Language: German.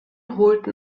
holten